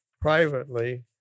privately